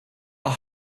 are